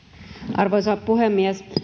arvoisa puhemies